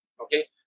okay